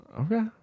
okay